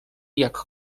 jak